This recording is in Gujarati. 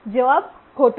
જવાબ ખોટો છે